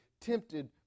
tempted